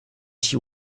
she